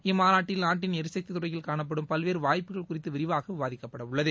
இம்மாநாட்டில் நாட்டின் எரிசக்தி தறையில் காணப்படும் பல்வேறு வாய்ப்புகள் குறித்து விரிவாக விவாதிக்கப்பட உள்ளது